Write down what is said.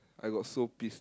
I got so pissed